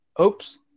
Oops